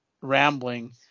rambling